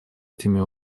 этими